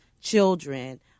children